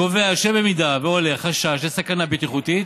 הקובע שאם עולה חשש לסכנה בטיחותית,